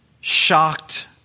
shocked